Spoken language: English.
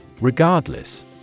Regardless